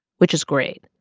which is great.